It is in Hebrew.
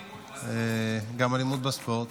או אלימות בספורט.